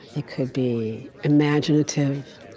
it could be imaginative.